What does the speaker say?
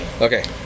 Okay